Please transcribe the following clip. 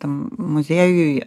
tam muziejuj